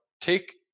take